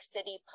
City